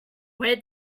where